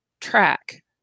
track